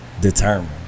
Determined